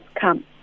come